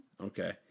Okay